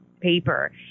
paper